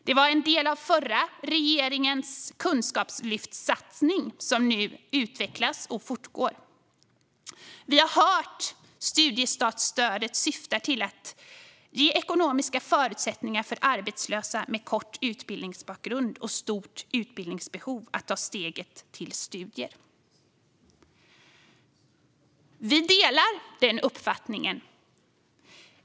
Det var en del av den förra regeringens kunskapslyftssatsning och utvecklas och fortgår nu. Vi har hört att studiestartsstödet syftar till att ge ekonomiska förutsättningar för arbetslösa med kort utbildningsbakgrund och stort utbildningsbehov att ta steget till studier. Vi delar den uppfattningen.